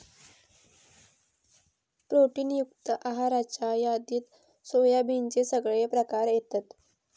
protein युक्त आहाराच्या यादीत सोयाबीनचे सगळे प्रकार येतत